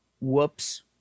Whoops